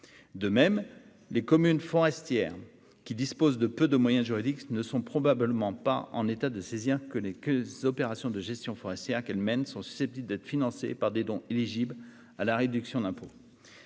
De même, les communes forestières qui disposent de peu de moyens juridiques ne sont probablement pas en état de saisir que les opérations de gestion forestière qu'elles mènent sont susceptibles d'être financées par des dons éligibles à une réduction d'impôt.